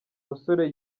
musore